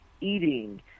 eating